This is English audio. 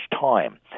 time